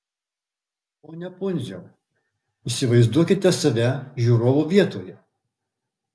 pone pundziau įsivaizduokite save žiūrovo vietoje